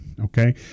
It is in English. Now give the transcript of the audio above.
Okay